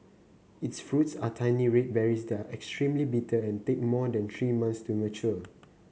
its fruits are tiny red berries that are extremely bitter and take more than three months to mature